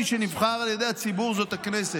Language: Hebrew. ומי שנבחר על ידי הציבור זאת הכנסת,